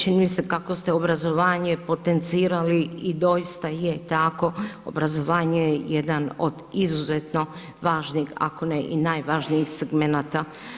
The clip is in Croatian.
Čini mi se kako ste obrazovanje potencirali i doista je tako, obrazovanje je jedan od izuzetno važnih ako ne i najvažnijih segmenata.